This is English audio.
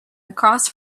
across